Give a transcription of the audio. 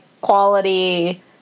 quality